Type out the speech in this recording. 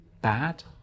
bad